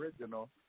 original